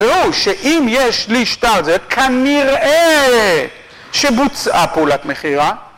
ראו שאם יש לי שטר זה כנראה שבוצעה פעולת מכירה